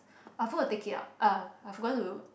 I forgot to take it out uh I forgot to